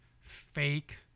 fake